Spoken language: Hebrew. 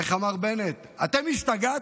איך אמר בנט, אתם השתגעתם?